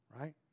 right